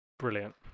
Brilliant